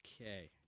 Okay